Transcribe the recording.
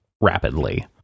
rapidly